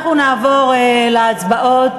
אנחנו נעבור להצבעות.